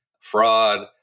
fraud